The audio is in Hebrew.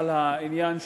ועינת